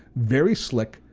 very slick,